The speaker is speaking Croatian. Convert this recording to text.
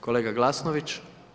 Kolega Glasnović.